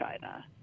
China